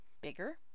Bigger